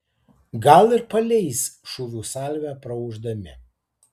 gal ir paleis šūvių salvę praūždami